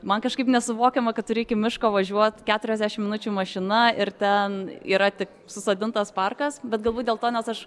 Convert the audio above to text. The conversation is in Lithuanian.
man kažkaip nesuvokiama kad turi iki miško važiuot keturiasdešim minučių mašina ir ten yra tik susodintas parkas bet galbūt dėl to nes aš